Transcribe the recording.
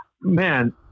Man